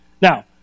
Now